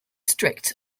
strict